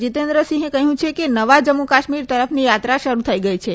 જિતેન્દ્રસિંહે કહ્યું છે કે નવા જમ્મુ કાશ્મીર તરફથી યાત્રા શરૂ થઈ ગઈ છે